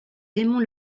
raymond